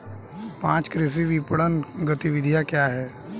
पाँच कृषि विपणन गतिविधियाँ क्या हैं?